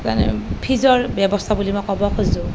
ফিজৰ ব্যৱস্থা বুলি মই ক'ব খোজোঁ